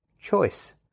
choice